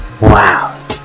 wow